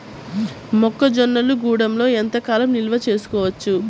మొక్క జొన్నలు గూడంలో ఎంత కాలం నిల్వ చేసుకోవచ్చు?